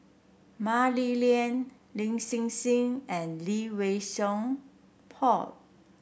Mah Li Lian Lin Hsin Hsin and Lee Wei Song Paul